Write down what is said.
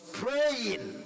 praying